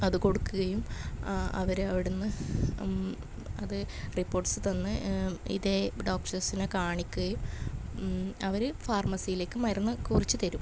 അതുകൊടുക്കുകയും അവർ അവിടന്ന് അത് റിപ്പോട്ട്സ്സ് തന്ന് ഇതേ ഡോക്ടഴ്സിനെ കാണിക്കുകയും അവർ ഫാർമ്മസീലേക്ക് മരുന്ന് കുറിച്ച് തരും